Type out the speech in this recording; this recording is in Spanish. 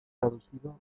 traducido